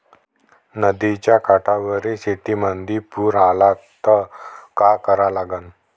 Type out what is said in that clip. नदीच्या काठावरील शेतीमंदी पूर आला त का करा लागन?